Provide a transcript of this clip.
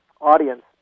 audience